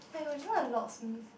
Hi would you like a locksmith